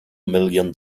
million